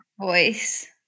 voice